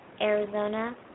Arizona